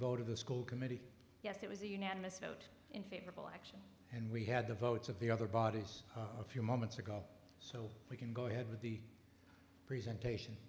of the school committee yes it was a unanimous vote in favorable action and we had the votes of the other bodies a few moments ago so we can go ahead with the presentation